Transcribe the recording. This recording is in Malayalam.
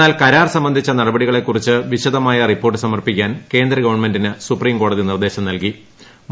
എന്നാൽ കരാർ സംബന്ധിച്ച നടപടികളെക്കുറിച്ച് വിശദമായ റിപ്പോർട്ട് സമർപ്പിക്കാൻ കേന്ദ്ര ഗവൺമെന്റിന് സുപ്രീംകോടതി നിർദ്ദേശം നൽകി്